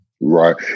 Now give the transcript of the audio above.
Right